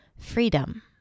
freedom